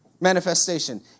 manifestation